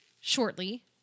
shortly